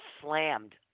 slammed